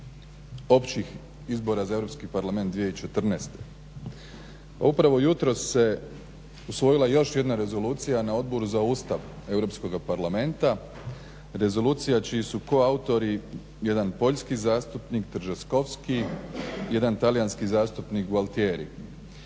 općih izbora za Europski parlament 2014. Pa upravo jutros se usvojila još jedna Rezolucija na Odboru za Ustav Europskoga parlamenta, rezolucija čiji su koautori jedan poljski zastupnik Tržeskovski, jedan talijanski zastupnik Gualtieri.